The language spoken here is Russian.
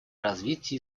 развития